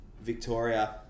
Victoria